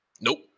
Nope